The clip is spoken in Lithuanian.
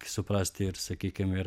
suprasti ir sakykim ir